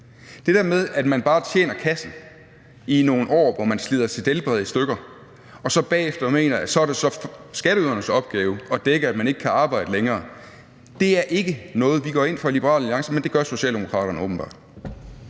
Det der med, at man bare tjener kassen i nogle år, hvor man slider sit helbred i stykker, og så bagefter mener, at så er det skatteydernes opgave at dække, at man ikke kan arbejde længere, er ikke noget, vi går ind for i Liberal Alliance, men det gør Socialdemokraterne åbenbart.